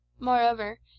moreover